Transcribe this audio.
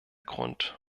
grund